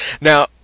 Now